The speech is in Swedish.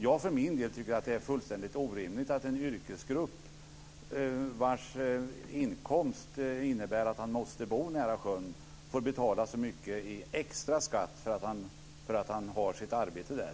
Jag för min del tycker att det är fullständigt orimligt att en yrkesgrupp vars inkomst innebär att man måste bo nära sjön får betala så mycket i extra skatt för att man har sitt arbete där.